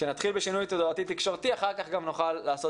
שנתחיל בשינוי תודעתי תקשורתי ואחר כך גם נוכל לעשות